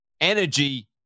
energy